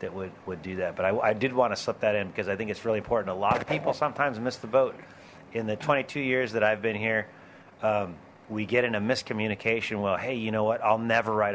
that wood would do that but i did want to slip that in because i think it's really important a lot of people sometimes miss the boat in the twenty two years that i've been here we get in a miscommunication well hey you know what i'll never ride a